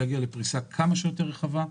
היא להגיע לפריסה כמה שיותר רחבה,